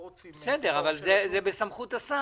בסדר, אבל זה בסמכות השר.